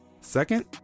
Second